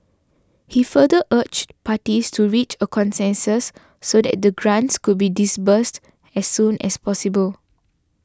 he further urged parties to reach a consensus so that the grants could be disbursed as soon as possible